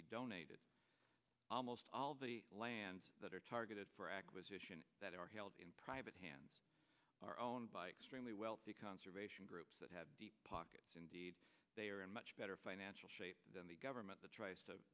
be donated almost all the lands that are targeted for acquisition that are held in private hands are owned by extremely wealthy conservation groups that have deep pockets indeed they are in much better financial shape than the government t